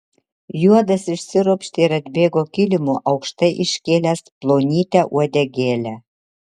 juodas išsiropštė ir atbėgo kilimu aukštai iškėlęs plonytę uodegėlę